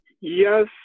Yes